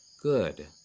good